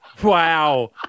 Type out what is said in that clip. Wow